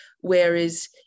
whereas